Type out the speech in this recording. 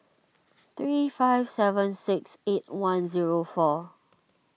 three five seven six eight one zero four